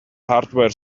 hardware